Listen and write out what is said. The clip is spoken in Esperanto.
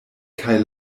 kaj